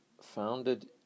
founded